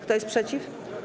Kto jest przeciw?